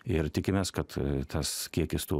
ir tikimės kad tas kiekis tų